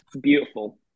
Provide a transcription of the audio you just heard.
beautiful